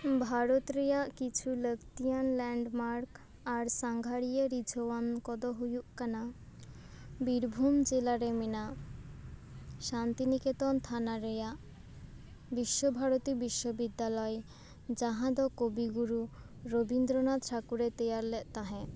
ᱵᱷᱟᱨᱚᱛ ᱨᱮᱭᱟᱜ ᱠᱤᱪᱷᱩ ᱞᱟᱹᱠᱛᱤᱭᱟᱱ ᱞᱮᱱᱰᱢᱟᱨᱠ ᱟᱨ ᱥᱟᱸᱜᱷᱟᱨᱤᱭᱟᱹ ᱨᱤᱡᱷᱟᱹᱣ ᱟᱱ ᱠᱚᱫᱚ ᱦᱩᱭᱩᱜ ᱠᱟᱱᱟ ᱵᱤᱨᱵᱷᱩᱢ ᱡᱮᱞᱟ ᱨᱮ ᱢᱮᱱᱟᱜ ᱥᱟᱱᱛᱤᱱᱤᱠᱮᱛᱚᱱ ᱛᱷᱟᱱᱟ ᱨᱮᱭᱟᱜ ᱵᱤᱥᱥᱚᱵᱷᱟᱨᱚᱛᱤ ᱵᱤᱥᱥᱚᱵᱤᱫᱫᱟᱞᱚᱭ ᱡᱟᱦᱟᱸᱫᱚ ᱠᱚᱵᱤᱜᱩᱨᱩ ᱨᱚᱵᱤᱱᱫᱨᱚᱱᱟᱛᱷ ᱴᱷᱟᱹᱠᱩᱨᱮ ᱛᱮᱭᱟᱨ ᱞᱮᱫ ᱛᱟᱦᱮᱸᱫ